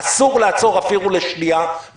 אסור לעצור אפילו לשנייה.